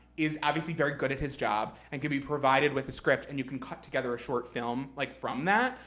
is obviously very good at his job, and can be provided with a script, and you can cut together a short film like from that.